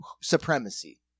supremacy